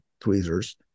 tweezers